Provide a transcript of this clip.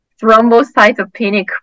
thrombocytopenic